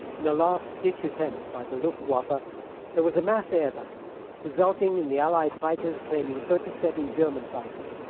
in a last ditch attempt by the luftwaffe ah there was a mass air battle resulting in the allied fighters claiming thirty seven german fighters,